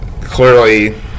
clearly